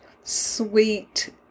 sweet